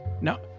No